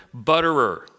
butterer